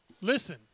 Listen